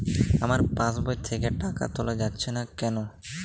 আমার পাসবই থেকে টাকা তোলা যাচ্ছে না কেনো?